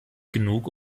genug